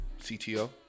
CTO